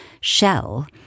shell